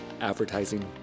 advertising